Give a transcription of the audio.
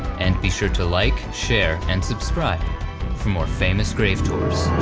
and be sure to like, share, and subscribe for more famous grave tours.